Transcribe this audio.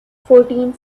fourteen